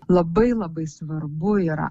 labai labai svarbu yra